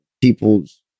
people's